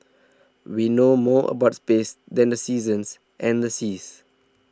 we know more about space than the seasons and the seas